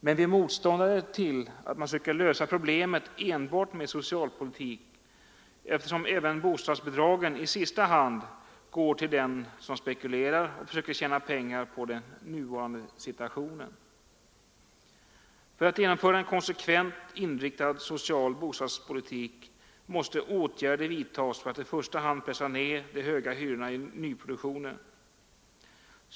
Men vi är motståndare till att man söker lösa problemet enbart med socialpolitik, eftersom även bostadsbidragen i sista hand går till den som spekulerar och försöker tjäna pengar på den nuvarande situationen. För att genomföra en konsekvent inriktad social bostadspolitik måste åtgärder vidtas för att i första hand pressa ned de höga hyrorna i nyproduktionen.